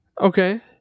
Okay